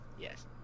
Yes